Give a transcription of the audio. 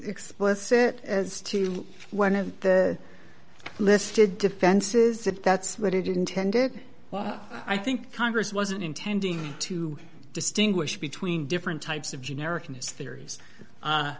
explicit as to when of the listed defenses if that's what it intended i think congress wasn't intending to distinguish between different types of generic in his theories